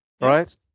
right